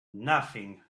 nothing